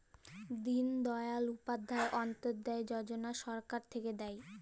দিন দয়াল উপাধ্যায় অন্ত্যোদয় যজনা সরকার থাক্যে দেয়